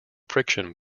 friction